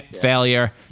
failure